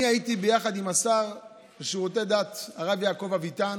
אני הייתי ביחד עם השר לשירותי הדת הרב יעקב אביטן